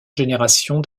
générations